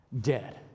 dead